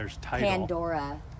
Pandora